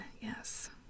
Yes